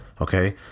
okay